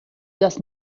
das